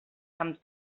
amb